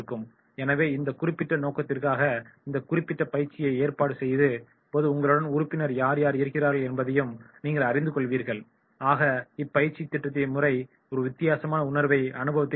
எனவே இந்த குறிப்பிட்ட நோக்கத்திற்காக இந்த குறிப்பிட்ட பயிற்சியை ஏற்பாடு செய்யும் போது உங்களுடன் உறுப்பினர்கள் யார் யார் இருகிறார்கள் என்பதை நீங்கள் அறிந்துகொள்வீர்கள் ஆக இப்பயிற்சித் திட்டமுறை ஒரு வித்தியாசமான உணர்வையும் அனுபவத்தையும் ஏற்படுத்தும்